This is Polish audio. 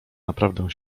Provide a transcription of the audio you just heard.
naprawdę